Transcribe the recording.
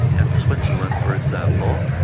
and switzerland for example,